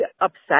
upset